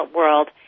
world